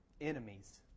enemies